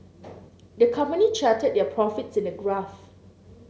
the company charted their profits in a graph